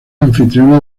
anfitriona